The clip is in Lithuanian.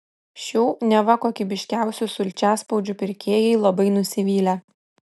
šių neva kokybiškiausių sulčiaspaudžių pirkėjai labai nusivylę